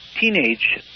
teenage